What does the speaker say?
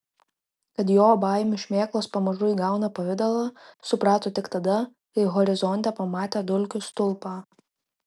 kad jo baimių šmėklos pamažu įgauna pavidalą suprato tik tada kai horizonte pamatė dulkių stulpą